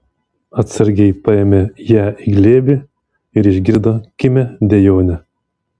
atsargiai paėmė ją į glėbį ir išgirdo kimią dejonę